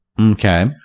Okay